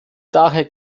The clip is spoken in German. daher